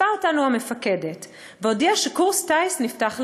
אספה אותנו המפקדת והודיעה שקורס טיס נפתח לחיילות,